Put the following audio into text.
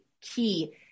key